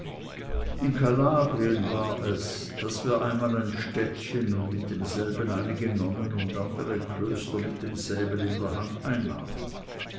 in kalabrien war es daß wir einmal ein städtchen und mit demselben einige nonnen und andere klöster mit dem säbel in der hand einnahmen